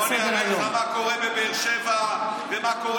בוא אני אראה לך מה קורה בבאר שבע ומה קורה